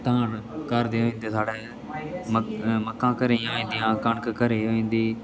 धान घर दे होंदे साढ़े मक मक्कां घरै दियां होई जंदियां कनक घरै दी होई जंदी